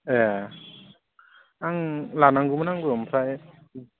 ए आं लानांगौमोन आंबो ओमफ्राय